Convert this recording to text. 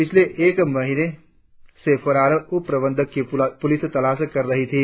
पिछले एक महीने से फरार उपप्रबंधक की पुलिस तलाश कर रही थी